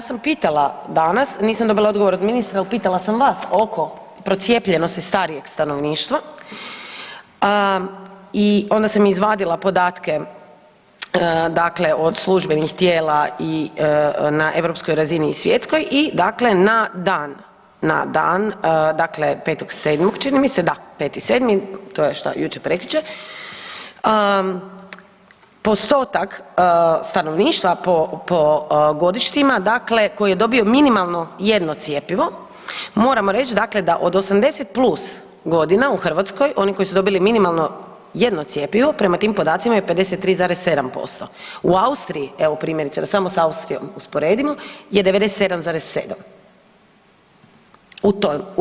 I ja sam pitala dana, nisam dobila odgovor od ministra ali pitala sam vas oko procijepljenosti starijeg stanovništva i onda sam izvadila podatke dakle od službenih tijela na europskoj razini i svjetskoj i dakle na dan dakle 5.7., čini mi se, da, 5.7., to je šta, jučer, prekjučer, postotak stanovništva po godištima, dakle koji je dobio minimalno jedno cjepivo, moram reći dakle da od 80+ godina u Hrvatskoj, oni koji su dobili minimalno jedno cjepivo, prema tim podacima je 53,7%, u Austriji evo primjerice, da samo s Austrijom usporedimo je 97,7.